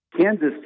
Kansas